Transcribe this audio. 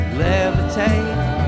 levitate